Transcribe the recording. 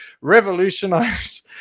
revolutionize